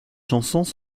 chansons